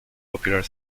popular